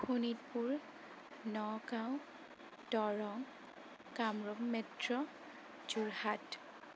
Sonitpur Nagaon Darrang Kamrup metro Jorhat